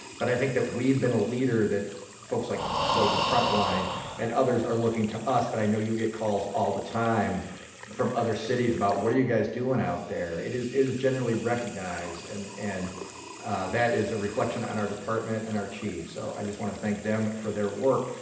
but i think that we have been a leader that folks like those at front line and others are looking to us but i know you get calls all the time from other cities about what are you guys doing out there, it is is generally recognized and and that is a reflection on our department and our chief. so i just want to thank them for their work.